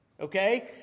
okay